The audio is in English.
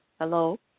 Hello